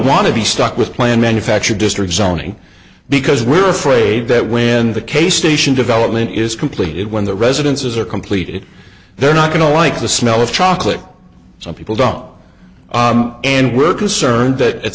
want to be stuck with plan manufactured district zoning because we're afraid that when the case station development is completed when the residences are completed they're not going to like the smell of chocolate so people don't and we're concerned that